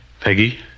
Peggy